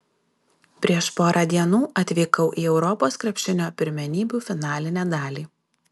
prieš porą dienų atvykau į europos krepšinio pirmenybių finalinę dalį